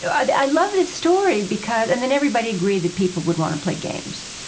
i love this story because and then everybody agreed that people would want to play games